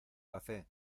café